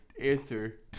Answer